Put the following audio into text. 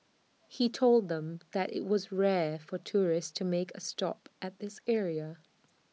he told them that IT was rare for tourists to make A stop at this area